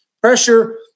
pressure